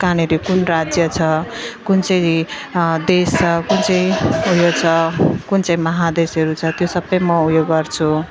कहाँनेर कुन राज्य कुन चाहिँ देश छ कुन चाहिँ उयो छ कुन चाहिँ महादेशहरू छ त्यो सब म उयो गर्छु